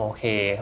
Okay